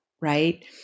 right